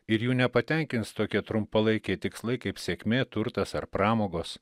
ir jų nepatenkins tokie trumpalaikiai tikslai kaip sėkmė turtas ar pramogos